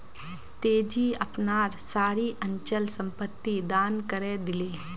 तेजी अपनार सारी अचल संपत्ति दान करे दिले